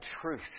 truth